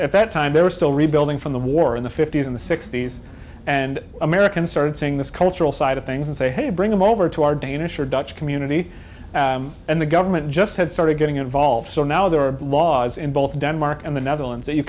at that time they were still rebuilding from the war in the fifty's in the sixty's and americans started seeing this cultural side of things and say hey bring them over to our danish or dutch community and the government just had started getting involved so now there are laws in both denmark and the netherlands that you